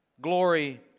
glory